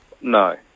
No